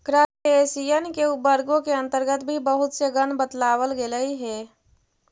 crustacean के उपवर्गों के अन्तर्गत भी बहुत से गण बतलावल गेलइ हे